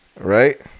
Right